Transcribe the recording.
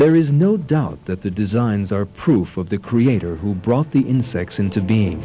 there is no doubt that the designs are proof of the creator who brought the insects into be